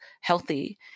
healthy